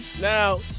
Now